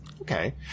Okay